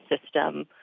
system